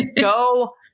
go